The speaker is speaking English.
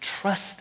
trust